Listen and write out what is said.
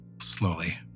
Slowly